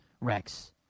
Rex